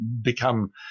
become